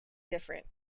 different